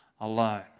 alone